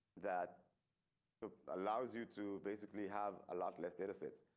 that allows you to basically have a lot less data sets